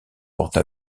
porte